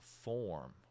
form